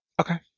Okay